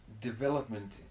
development